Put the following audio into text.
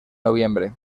noviembre